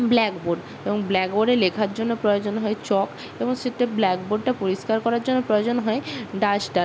black board এবং black বোর্ডে লেখার জন্য প্রয়োজন হয় চক এবং সেটা ব্ল্যাক বোর্ডটা পরিষ্কার করার জন্য প্রয়োজন হয় ডাস্টার